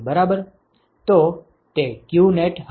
તો તે qnet હશે